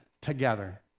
together